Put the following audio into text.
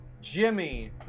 Jimmy